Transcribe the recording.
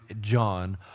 John